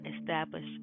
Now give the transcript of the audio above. establish